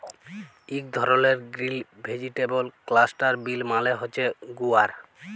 ইক ধরলের গ্রিল ভেজিটেবল ক্লাস্টার বিল মালে হছে গুয়ার